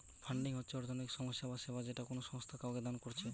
funding হচ্ছে অর্থনৈতিক সাহায্য বা সেবা যেটা কোনো সংস্থা কাওকে দান কোরছে